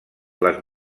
les